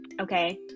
okay